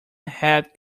had